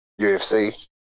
UFC